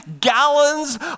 gallons